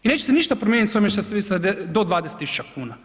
I nećete ništa promijeniti s ovime što ste vi sada do 20 tisuća kuna.